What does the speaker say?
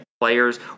players